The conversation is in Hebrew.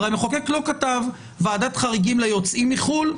הרי המחוקק לא כתב ועדת חריגים ליוצאים מחו"ל,